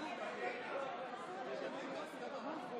שמית.